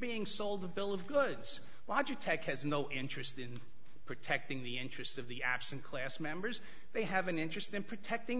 being sold a bill of goods logic tech has no interest in protecting the interests of the absent class members they have an interest in protecting